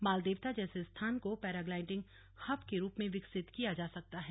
मालदेवता जैसे स्थान को पैराग्लाईडिंग हब के रूप में विकसित किया जा सकता है